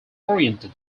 oriented